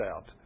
out